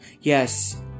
Yes